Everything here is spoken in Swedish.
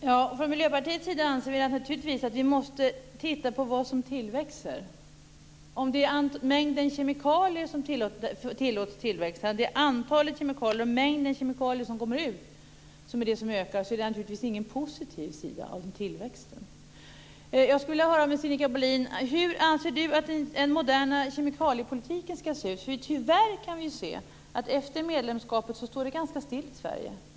Fru talman! Från Miljöpartiets sida anser vi naturligtvis att vi måste titta på vad som tillväxer. Om det är mängden kemikalier som tillåts tillväxa och om antalet och mängden kemikalier som kommer ut ökar är det naturligtvis ingen positiv sida av tillväxten. Jag skulle vilja höra hur Sinikka Bohlin anser att den moderna kemikaliepolitiken ska se ut. Tyvärr kan vi se att efter EU-medlemskapet står det ganska stilla i Sverige.